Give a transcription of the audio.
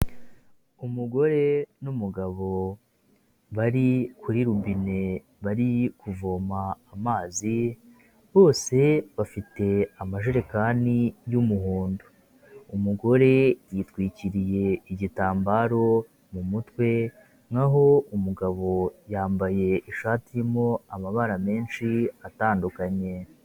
Umugore n'umugabo bari kuri rubine bari kuvoma amazi, bose bafite amajerekani y'umuhondo. umugore yitwikiriye igitambaro mu mutwe, naho umugabo yambaye ishati irimo amabara menshi atandukanye.